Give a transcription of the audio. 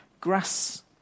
Grass